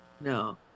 no